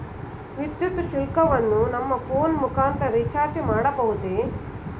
ವಿದ್ಯುತ್ ಶುಲ್ಕವನ್ನು ನನ್ನ ಫೋನ್ ಮುಖಾಂತರ ರಿಚಾರ್ಜ್ ಮಾಡಬಹುದೇ?